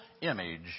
image